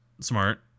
smart